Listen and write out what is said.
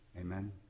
Amen